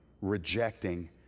rejecting